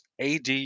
AD